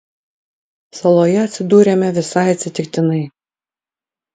saloje atsidūrėme visai atsitiktinai